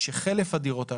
שחלף הדירות הללו,